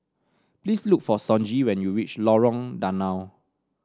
please look for Sonji when you reach Lorong Danau